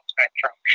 Spectrum